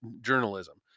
journalism